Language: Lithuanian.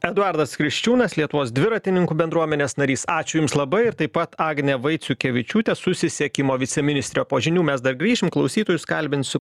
eduardas kriščiūnas lietuvos dviratininkų bendruomenės narys ačiū jums labai ir taip pat agnė vaiciukevičiūtė susisiekimo viceministrė po žinių mes dar grįšim klausytojus kalbinsiu